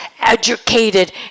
educated